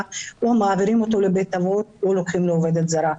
או שמעבירים אותו לבית אבות או לוקחים לו עובדת זרה.